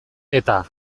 eta